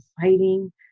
fighting